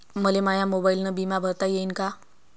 मले माया मोबाईलनं बिमा भरता येईन का?